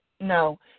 no